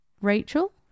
Rachel